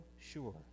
sure